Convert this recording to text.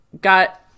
Got